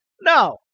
No